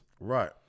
Right